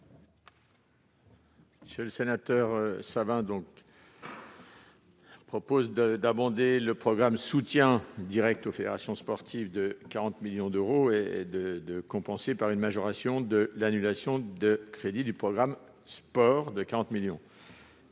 Notre collègue propose d'abonder le programme « Soutien direct aux fédérations sportives » de 40 millions d'euros et de compenser par une majoration de l'annulation de crédits du programme « Sport » de 40 millions